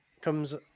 comes